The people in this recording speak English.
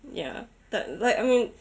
ya like I mean